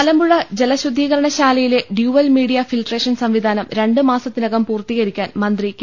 മലമ്പുഴ ജലശുദ്ധീകരണ ശാലയിലെ dual media filtration സ്ട്വിധാനം രണ്ട് മാസത്തിനകം പൂർത്തീകരിക്കാൻ മന്ത്രി കെ